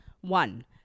one